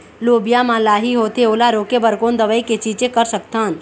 लोबिया मा लाही होथे ओला रोके बर कोन दवई के छीचें कर सकथन?